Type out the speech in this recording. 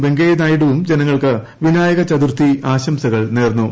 വെങ്കയ്യ നായിഡുവും ജനങ്ങൾക്ക് വിനായകചതുർത്ഥി ആശംസകൾ നേർന്നു